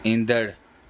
ईंदड़